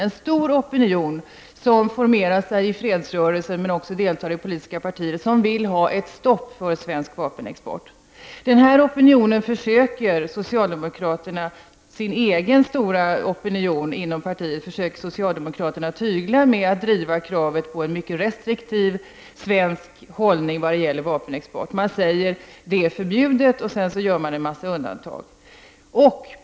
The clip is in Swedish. Det är fråga om en stor opinion, som formerar sig i fredsrörelser men också deltar i politiska partier och som vill ha ett stopp för svensk vapenexport. Socialdemokraterna försöker tygla representanter för denna stora opinion inom det egna partiet genom att driva kravet på en mycket restriktiv svensk hållning när det gäller vapenexport. Man säger att det är förbjudet, och sedan gör man en massa undantag.